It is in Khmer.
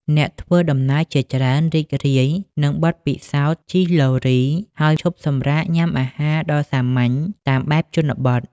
អ្នកធ្វើដំណើរជាច្រើនរីករាយនឹងបទពិសោធន៍ជិះឡូរី ហើយឈប់សម្រាកញ៉ាំអាហារដ៏សាមញ្ញតាមបែបជនបទ។